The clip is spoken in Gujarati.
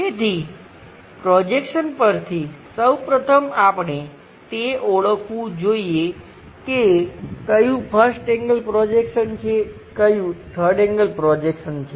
તેથી પ્રોજેક્શન પરથી સૌ પ્રથમ આપણે તે ઓળખવું જોઈએ કે ક્યું 1st એંગલ પ્રોજેક્શન છે ક્યું 3rd એંગલ પ્રોજેક્શન છે